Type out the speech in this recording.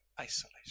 isolation